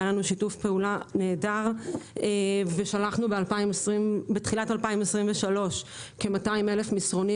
היה לנו שיתוף פעולה נהדר ושלחנו בתחילת 2023 כ-200,000 מסרונים